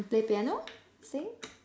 mm play piano sing